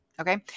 Okay